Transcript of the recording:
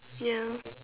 ya